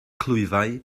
clwyfau